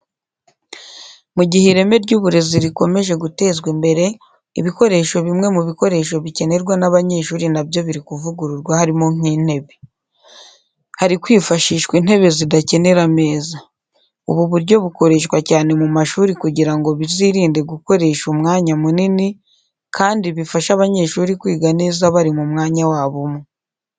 Mu gihe ireme ry’uburezi rikomeje gutezwa imbere, ibikoresho bimwe mu bikoresho bikenerwa n’abanyeshuri nabyo biri kuvugururwa harimo nk’intebe. Hari kwifashishwa intebe zidakenera ameza. Ubu buryo bukoreshwa cyane mu mashuri kugira ngo bizirinde gukoresha umwanya munini kandi bifashe abanyeshuri kwiga neza bari mu mwanya wabo umwe.